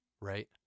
right